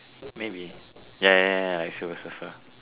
maybe ya ya ya ya like silver surfer